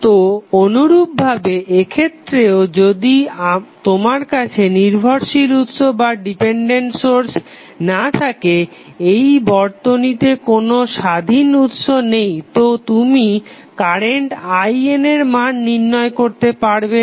তো অনুরূপভাবে এক্ষেত্রেও যদি তোমার কাছে নির্ভরশীল উৎস না থাকে এই বর্তনীতে কোনো স্বাধীন উৎস নেই তো তুমি কারেন্ট IN এর মান নির্ণয় করতে পারবে না